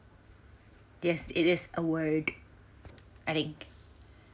yes it is a word I think